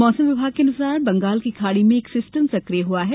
मौसम विभाग के अनुसार बंगाल की खाड़ी में एक सिस्टम सक्रिय हुआ है